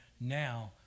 now